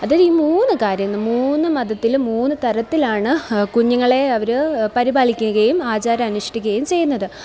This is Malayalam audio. അത് ഈ മൂന്ന് കാര്യങ്ങളും മൂന്ന് മതത്തിലും മൂന്ന് തരത്തിലാണ് കുഞ്ഞുങ്ങളെ അവര് പരിപാലിക്കുകയും ആചാരം അനുഷ്ഠിക്കുകയും ചെയ്യുന്നത്